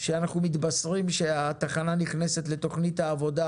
שאנחנו מתבשרים שהתחנה נכנסת לתוכנית העבודה